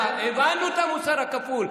הבנו את המוסר הכפול.